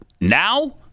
now